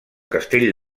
castell